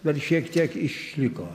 dar šiek tiek išliko